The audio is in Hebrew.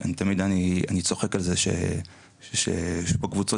אני תמיד צוחק על זה שיש פה קבוצות